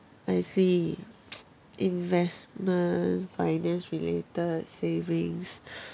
I see investment finance related savings